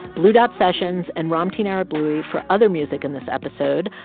blue dot sessions and ramtin ah arablouei for other music in this episode.